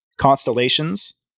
constellations